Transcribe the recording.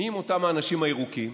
מיהם אותם אנשים ירוקים?